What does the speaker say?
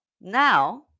Now